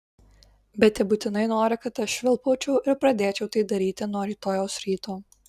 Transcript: bet ji būtinai nori kad aš švilpaučiau ir pradėčiau tai daryti nuo rytojaus ryto